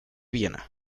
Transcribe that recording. viena